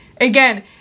again